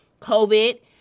COVID